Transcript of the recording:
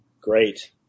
Great